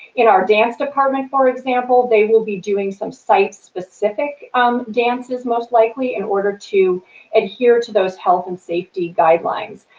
in our dance department for example, they will be doing some site-specific dances most likely, in order to adhere to those health and safety guidelines.